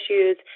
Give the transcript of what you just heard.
issues